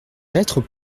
lettres